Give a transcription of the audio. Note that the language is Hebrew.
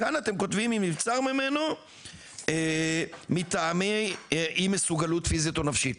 כאן אתם כותבים אם נבצר ממנו מטעמי אי מסוגלות פיזית או נפשית,